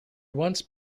once